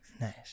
Nice